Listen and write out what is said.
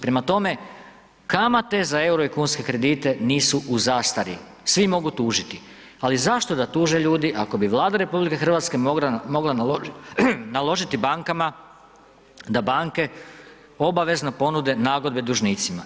Pema tome, kamate za EUR-o i kunske kredite nisu u zastari, svi mogu tužiti, ali zašto da tuže ljudi ako bi Vlada RH mogala naložiti bankama da banke obavezno ponude nagodbe dužnicima.